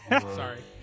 sorry